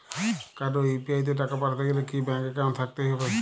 কারো ইউ.পি.আই তে টাকা পাঠাতে গেলে কি ব্যাংক একাউন্ট থাকতেই হবে?